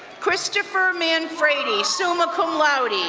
christopher mann fraddy, summa cum laude,